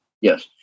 Yes